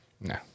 No